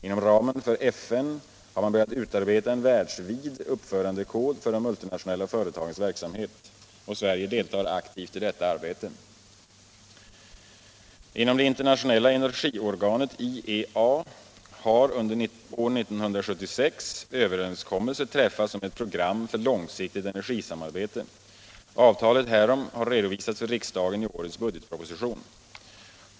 Inom ramen för FN har man börjat utarbeta en världsvid uppförandekod för de multinationella företagens verksamhet. Sverige deltar aktivt i detta arbete. Inom det internationella energiorganet IEA har under år 1976 överenskommelse träffats om ett program för långsiktigt energisamarbete. Avtalet härom har redovisats för riksdagen i årets budgetproposition.